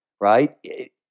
right